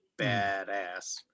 badass